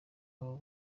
abo